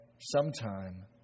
sometime